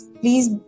Please